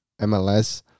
MLS